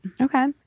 Okay